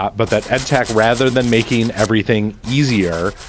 but that edtech, rather than making everything easier,